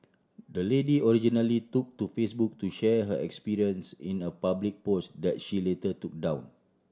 the lady originally took to Facebook to share her experience in a public post that she later took down